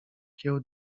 kieł